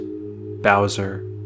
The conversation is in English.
Bowser